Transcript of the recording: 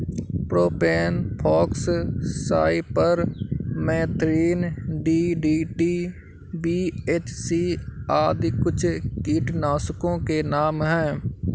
propane fox, cypermethrin, DDT, BHC आदि कुछ कीटनाशकों के नाम हैं